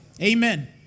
Amen